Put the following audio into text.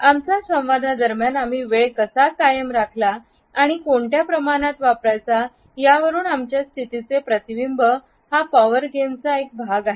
आमच्या संवाद दरम्यान आम्ही वेळ कसा कायम राखला आणि कोणत्या प्रमाणात वापरायचा यावरून आमच्या स्थितीचे प्रतिबिंब हा पॉवर गेमचा एक भाग आहे